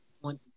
one